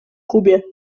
kubie